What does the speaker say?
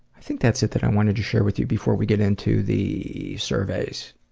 i think that's it, that i wanted to share with you before we get into the surveys.